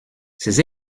ces